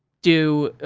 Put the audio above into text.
do,